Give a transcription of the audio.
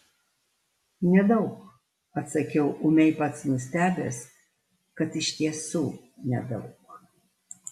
nedaug atsakiau ūmiai pats nustebęs kad iš tiesų nedaug